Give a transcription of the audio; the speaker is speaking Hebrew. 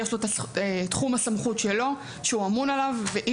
יש לו את תחום הסמכות שלו שהוא אמון עליו ואי